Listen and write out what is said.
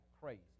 crazy